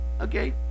Okay